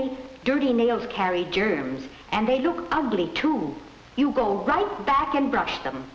the dirty nails carry germs and they look ugly to you go right back and brush them